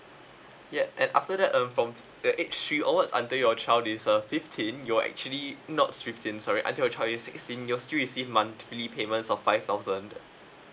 ya and after that um from the age three onwards until your child is uh fifteen you are actually not fifteen sorry until your child is sixteen years still receive monthly payments of five thousand